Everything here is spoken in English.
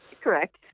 Correct